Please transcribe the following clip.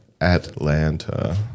Atlanta